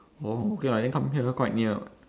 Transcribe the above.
orh okay [what] then come here quite near [what]